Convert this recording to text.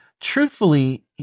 Truthfully